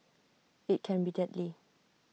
IT can be deadly